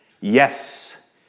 Yes